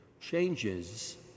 changes